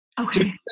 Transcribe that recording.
Okay